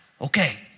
Okay